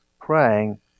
praying